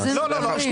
איזה נתונים?